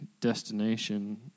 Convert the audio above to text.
destination